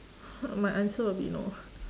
uh my answer will be no